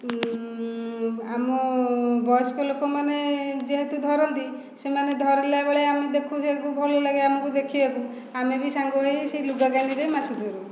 ଆମ ବୟସ୍କ ଲୋକମାନେ ଯେହେତୁ ଧରନ୍ତି ସେମାନେ ଧରିଲାବେଳେ ଆମେ ଦେଖୁ ଦେଖୁ ଭଲ ଲାଗେ ଆମକୁ ଦେଖିବାକୁ ଆମେ ବି ସାଙ୍ଗ ହୋଇ ସେହି ଲୁଗା କାନିରେ ମାଛ ଧରୁ